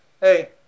Hey